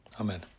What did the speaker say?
Amen